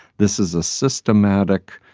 this is a systematic,